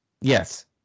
yes